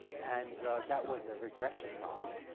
and that was a regression problem,